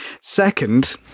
Second